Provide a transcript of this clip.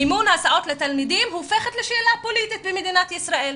מימון הסעות לתלמידים הופך לשאלה פוליטית במדינת ישראל,